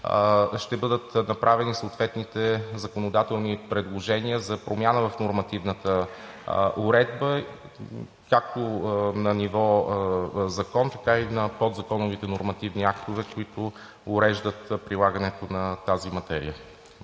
ще бъдат направени съответните законодателни предложения за промяна в нормативната уредба както на ниво закон, така и на подзаконовите нормативни актове, които уреждат прилагането на тази материя.